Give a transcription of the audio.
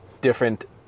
different